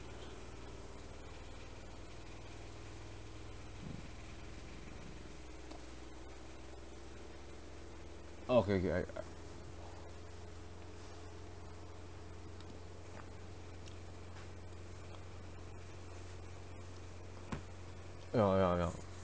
oh okay I ya ya ya